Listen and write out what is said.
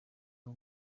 aho